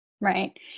Right